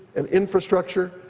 and infrastructure,